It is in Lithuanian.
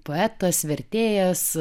poetas vertėjas